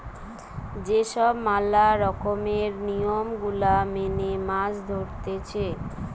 যে সব ম্যালা রকমের নিয়ম গুলা মেনে মাছ ধরতিছে